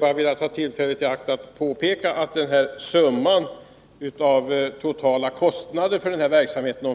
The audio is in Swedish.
Jag vill här ta tillfället i akt att påpeka att summan på 50 miljoner för de totala kostnaderna för verksamheten